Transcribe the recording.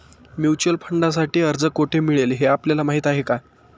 Mutual फंडांसाठी अर्ज कोठे मिळेल हे आपल्याला माहीत आहे का?